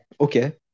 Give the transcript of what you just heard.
Okay